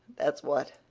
that's what.